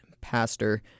Pastor